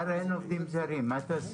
אם מחר לא יהיו עובדים זרים, מה תעשה?